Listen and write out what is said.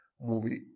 movie